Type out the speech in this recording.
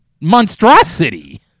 monstrosity –